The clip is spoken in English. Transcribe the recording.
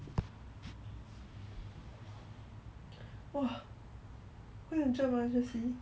不会啦还好